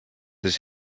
his